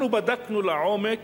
אנחנו בדקנו לעומק,